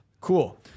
Cool